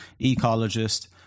ecologist